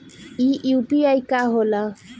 ई यू.पी.आई का होला?